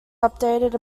updated